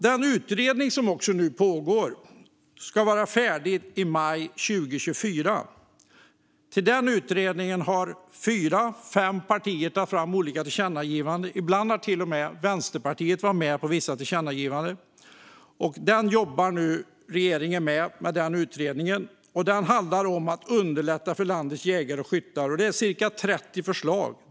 Den utredning som pågår ska vara färdig i maj 2024. Till den utredningen har fyra fem partier tagit fram olika tillkännagivanden. Till och med Vänsterpartiet har varit med på vissa tillkännagivanden. Regeringen jobbar nu med den utredningen, och den handlar om att underlätta för landets jägare och skyttar. Det är cirka 30 förslag.